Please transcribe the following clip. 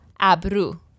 abru